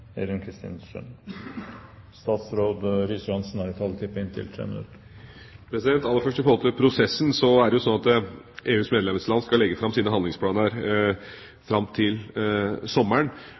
prosessen, er det jo sånn at EUs medlemsland skal legge fram sine handlingsplaner fram til